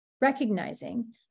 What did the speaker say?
recognizing